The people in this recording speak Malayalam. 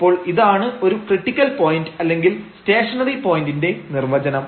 അപ്പോൾ ഇതാണ് ഒരു ക്രിട്ടിക്കൽ പോയന്റ് അല്ലെങ്കിൽ സ്റ്റേഷനറി പോയന്റിന്റെ നിർവചനം